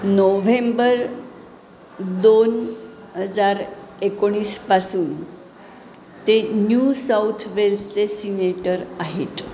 November दोन हजार एकोणीसपासून ते न्यू साऊथ वेल्सचे सिनेटर आहेत